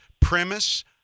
premise